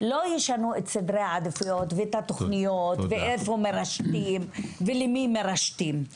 לא ישנו את סדרי העדיפויות ואת התוכניות ואיפה מרשתים ולמי מרשתים.